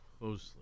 closely